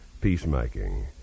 peacemaking